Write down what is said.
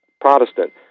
Protestant